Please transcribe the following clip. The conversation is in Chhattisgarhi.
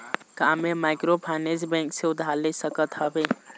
का मैं माइक्रोफाइनेंस बैंक से उधार ले सकत हावे?